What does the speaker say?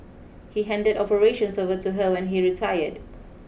he handed operations over to her when he retired